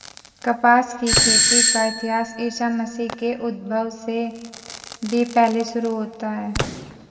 कपास की खेती का इतिहास ईसा मसीह के उद्भव से भी पहले शुरू होता है